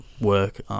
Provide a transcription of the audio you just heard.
work